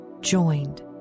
joined